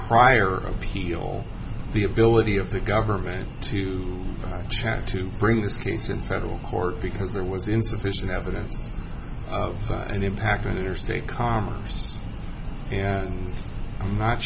prior appeal the ability of the government to try to bring this case in federal court because there was insufficient evidence of any impact on interstate commerce and i'm not